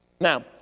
Now